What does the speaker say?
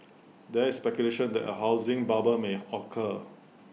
there is speculation that A housing bubble may occur